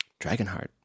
Dragonheart